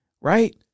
right